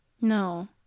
no